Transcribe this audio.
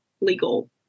legal